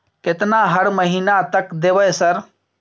केतना हर महीना तक देबय सर?